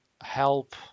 help